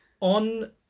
On